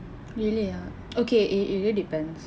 really okay it really depends